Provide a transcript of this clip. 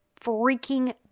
freaking